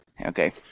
Okay